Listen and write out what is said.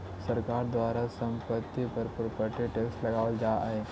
सरकार के द्वारा संपत्तिय पर प्रॉपर्टी टैक्स लगावल जा हई